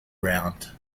round